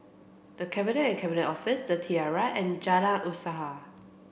the Cabinet and Cabinet Office the Tiara and Jalan Usaha